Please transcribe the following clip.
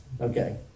Okay